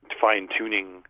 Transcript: fine-tuning